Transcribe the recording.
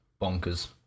bonkers